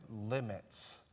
limits